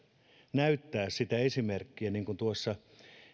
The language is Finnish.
näyttää sitä esimerkkiä mitä tuossa